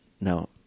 no